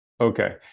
Okay